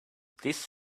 this